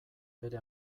bere